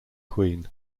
queen